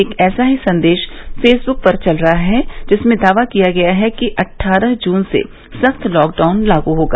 एक ऐसा ही संदेश फेसबुक पर चल रहा है जिसमें दावा किया गया है कि अट्ठारह जून से सख्त लॉकडाउन लागू होगा